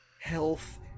health